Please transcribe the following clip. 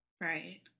Right